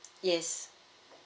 yes